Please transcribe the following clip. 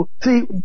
See